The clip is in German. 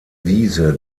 wiese